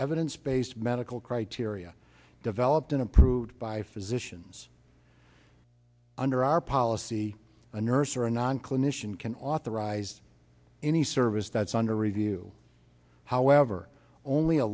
evidence based medical criteria developed in approved by physicians under our policy a nurse or a non clinician can authorize any service that's under review however only a